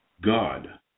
God